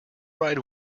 right